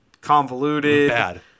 convoluted